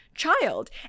child